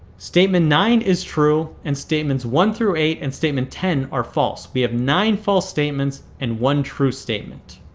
statement nine is true and statements one through eight, and statement ten are false. we have nine false statements and one true statement.